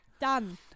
Done